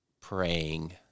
praying